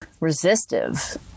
resistive